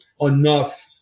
enough